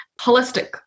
holistic